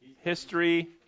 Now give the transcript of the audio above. history